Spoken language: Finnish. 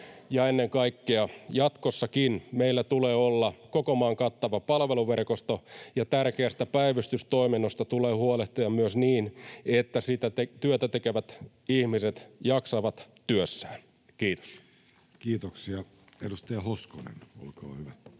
Ennen kaikkea jatkossakin meillä tulee olla koko maan kattava palveluverkosto, ja myös tärkeästä päivystystoiminnasta tulee huolehtia niin, että sitä työtä tekevät ihmiset jaksavat työssään. — Kiitos. [Ritva Elomaa: Hyvä,